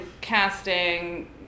casting